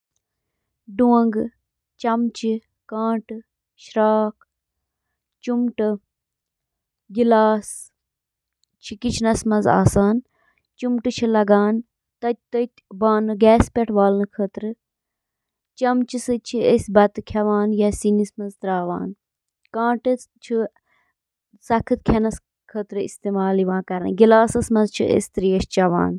اکھ vacuum cleaner, یتھ صرف ویکیوم تہٕ ونان چِھ، چُھ اکھ یُتھ آلہ یُس قالینن تہٕ سخت فرشو پیٹھ گندگی تہٕ باقی ملبہٕ ہٹاونہٕ خاطرٕ سکشن تہٕ اکثر تحریک ہنٛد استعمال چُھ کران۔ ویکیوم کلینر، یِم گَرَن سۭتۍ سۭتۍ تجٲرتی ترتیبن منٛز تہِ استعمال چھِ یِوان کرنہٕ۔